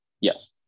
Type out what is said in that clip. Yes